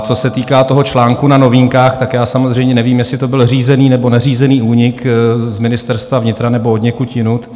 Co se týká toho článku na Novinkách, já samozřejmě nevím, jestli to byl řízený, nebo neřízený únik z Ministerstva vnitra nebo odněkud odjinud.